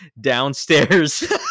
downstairs